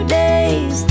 days